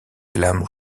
glam